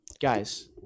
guys